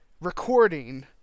recording